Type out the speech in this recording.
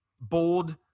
bold